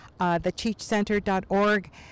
thecheechcenter.org